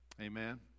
Amen